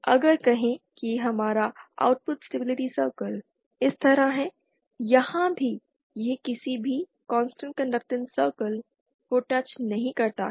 अगर कहें कि हमारा आउटपुट स्टेबिलिटी सर्कल इस तरह है यहाँ भी यह किसी भी कांस्टेंट कंडक्टैंस सर्कल को टच नहीं करता है